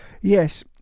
Yes